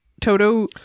Toto